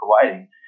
providing